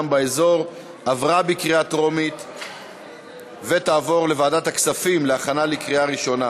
באזור) עברה בקריאה טרומית ותעבור לוועדת הכספים להכנה לקריאה ראשונה.